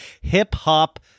Hip-hop